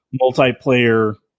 multiplayer